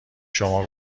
شما